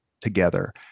together